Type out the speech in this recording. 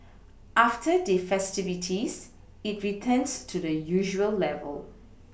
after the festivities it returns to the usual level